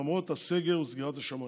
למרות הסגר וסגירת השמיים.